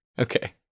Okay